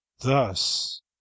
Thus